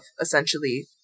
essentially